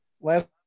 last